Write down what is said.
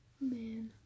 Man